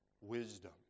wisdom